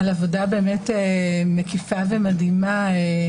על עבודה מקיפה ומדהימה.